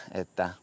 että